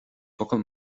focal